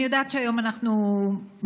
אני יודעת שהיום אנחנו מתעסקים,